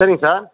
சரிங்க சார்